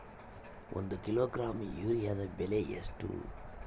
ಒಂದು ಕಿಲೋಗ್ರಾಂ ಯೂರಿಯಾದ ಬೆಲೆ ಎಷ್ಟು?